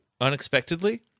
unexpectedly